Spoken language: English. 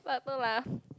what happen lah